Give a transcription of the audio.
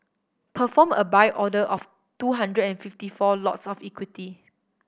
perform a Buy order of two hundred and fifty four lots of equity